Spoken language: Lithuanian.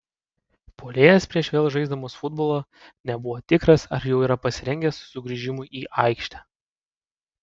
puolėjas prieš vėl žaisdamas futbolą nebuvo tikras ar jau yra pasirengęs sugrįžimui į aikštę